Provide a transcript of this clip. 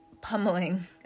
pummeling